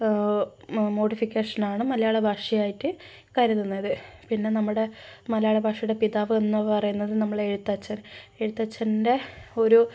മോഡിഫിക്കേഷനാണ് മലയാള ഭാഷയായിട്ട് കരുതുന്നത് പിന്നെ നമ്മുടെ മലയള ഭാഷയുടെ പിതാവെന്ന് പറയുന്നത് നമ്മളുടെ എഴുത്തച്ഛൻ എഴുത്തച്ഛൻ്റെ ഒരു